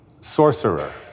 sorcerer